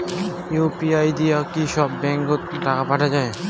UPI দিয়া কি সব ব্যাংক ওত টাকা পাঠা যায়?